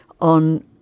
on